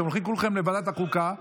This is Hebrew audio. אתם הולכים כולכם לוועדת החוקה,